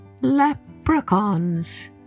leprechauns